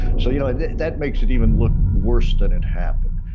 so you know that makes it even look worse than it happened.